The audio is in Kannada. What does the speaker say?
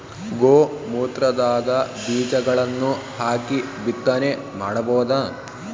ಗೋ ಮೂತ್ರದಾಗ ಬೀಜಗಳನ್ನು ಹಾಕಿ ಬಿತ್ತನೆ ಮಾಡಬೋದ?